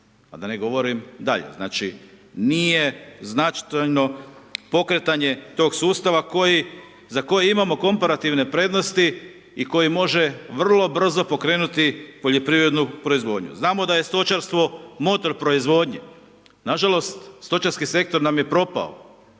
a da ne govorim dalje, znači nije značajno pokretanje tog sustava za koje imamo komparativne prednosti i koji može vrlo brzo pokrenuti poljoprivrednu proizvodnju. Znamo da je stočarstvo motor proizvodnje, nažalost stočarski sektor nam je propao,